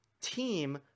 Team